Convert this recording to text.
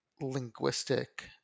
linguistic